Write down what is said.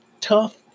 tough